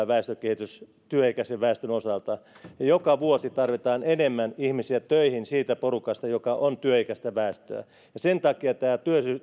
väestönkehitys työikäisen väestön osalta ja joka vuosi tarvitaan enemmän ihmisiä töihin siitä porukasta joka on työikäistä väestöä sen takia tämä